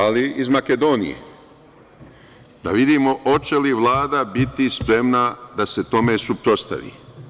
Ali, iz Makedonije, da vidimo hoće li Vlada biti spremna da se tome suprotstavi.